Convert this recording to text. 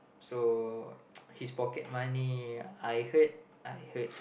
so his pocket money I heard I heard